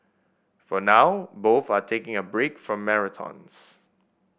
for now both are taking a break from marathons